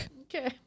Okay